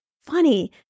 funny